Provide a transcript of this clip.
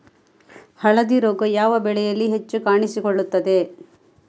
ಹಳದಿ ರೋಗ ಯಾವ ಬೆಳೆಯಲ್ಲಿ ಹೆಚ್ಚು ಕಾಣಿಸಿಕೊಳ್ಳುತ್ತದೆ?